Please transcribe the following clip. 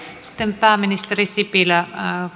sitten pääministeri sipilä